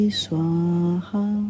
swaha